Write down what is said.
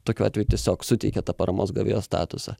tokiu atveju tiesiog suteikia tą paramos gavėjo statusą